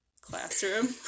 classroom